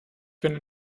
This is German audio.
finde